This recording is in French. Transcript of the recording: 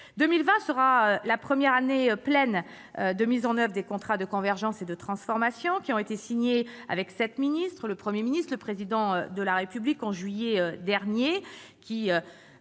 2020 sera le premier exercice plein de mise en oeuvre des contrats de convergence et de transformation signés avec sept ministres, le Premier ministre et le Président de la République au mois de juillet dernier.